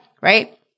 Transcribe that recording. right